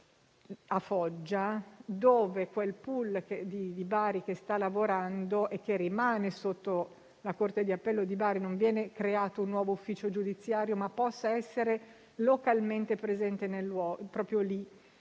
a Foggia, affinché quel *pool* di Bari che sta lavorando al caso (e che rimane sotto la Corte di appello di Bari, nel senso che non viene creato un nuovo ufficio giudiziario) possa essere localmente presente proprio lì.